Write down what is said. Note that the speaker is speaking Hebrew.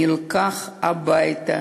נלקח הביתה